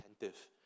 attentive